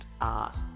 art